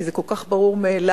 כי זה כל כך ברור מאליו,